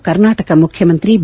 ಇಂದು ಕರ್ನಾಟಕ ಮುಖ್ಯಮಂತ್ರಿ ಬಿ